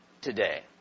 today